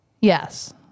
yes